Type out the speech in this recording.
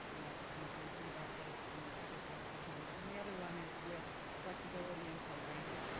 and that's what concerns me about this in this particular situation. the other one is with flexibility and programming.